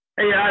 Hey